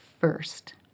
first